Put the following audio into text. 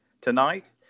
tonight